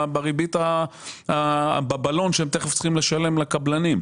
בריבית הבלון שהם תכף צריכים לשלם לקבלנים.